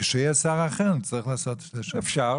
כשיהיה שר אחר נצטרך לעשות --- אפשר,